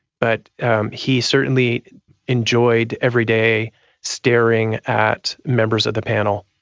but he certainly enjoyed every day staring at members of the panel,